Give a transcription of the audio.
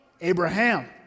Abraham